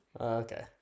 Okay